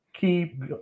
Keep